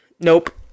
nope